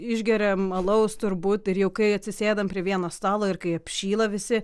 išgeriam alaus turbūt ir jau kai atsisėdam prie vieno stalo ir kai apšyla visi